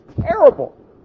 terrible